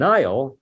Nile